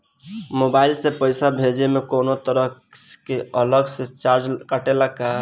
Mobile से पैसा भेजे मे कौनों तरह के अलग से चार्ज कटेला का?